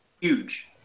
huge